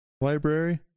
library